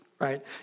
right